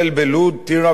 טירה ונצרת.